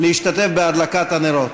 להשתתף בהדלקת הנרות.